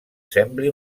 sembli